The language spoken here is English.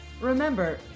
Remember